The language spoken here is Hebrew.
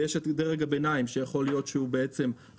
ויש את דרג הביניים שיכול להיות שהוא חלש,